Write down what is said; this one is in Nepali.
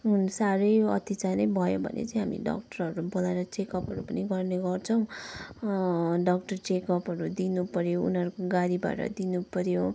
साह्रै अत्यचारै भयो भने चाहिँ हामी डक्टरहरू बोलाएर चेकअपहरू पनि गर्ने गर्छौँ डक्टर चेकअपहरू दिनुपऱ्यो उनीहरूको गाडी भाडा दिनुपऱ्यो